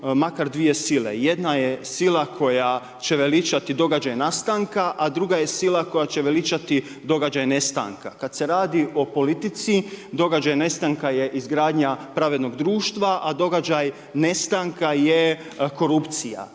makar dvije sile. Jedna je sila koja će veličati događaj nastanka, a druga je sila koja će veličati događaj nestanka. Kada se radi o politici, događaj nestanka je izgradnja pravednog društava, a događaj nestanka je korupcija.